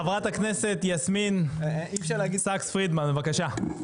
חברת הכנסת יסמין פרידמן, בבקשה.